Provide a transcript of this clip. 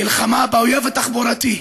מלחמה באויב התחבורתי.